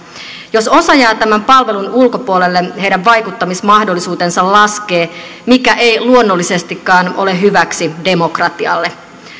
jos osa jää tämän palvelun ulkopuolelle heidän vaikuttamismahdollisuutensa laskee mikä ei luonnollisestikaan ole hyväksi demokratialle